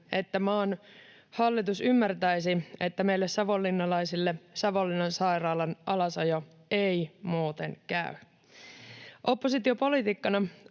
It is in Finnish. että maan hallitus ymmärtäisi, että meille savonlinnalaisille Savonlinnan sairaalan alasajo ei muuten käy. Oppositiopoliitikkona